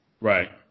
Right